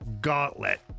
gauntlet